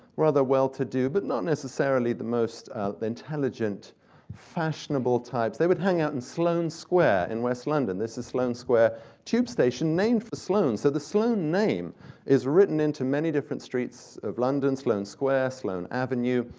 rather well-to-do, but not necessarily the most intelligent fashionable types. they would hang out in sloane square in west london. this is sloane square tube station, named for sloane. so the sloane name is written into many different streets of london, sloane square, sloane avenue.